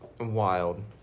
wild